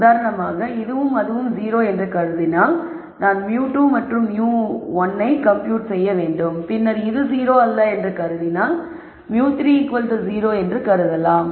உதாரணமாக இதுவும் இதுவும் 0 என்று கருதினால் நான் μ2 மற்றும் μ1 ஐ கம்ப்யூட் செய்ய வேண்டும் பின்னர் இது 0 அல்ல என்று கருதினால் μ3 0 என்று கருதலாம்